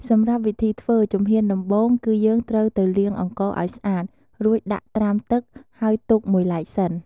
សម្រាប់វិធីធ្វើ ជំហានដំបូង គឺយើងត្រូវទៅលាងអង្ករឱ្យស្អាត រួចដាក់ត្រាំទឹក ហើយទុកមួយឡែកសិន។